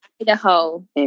Idaho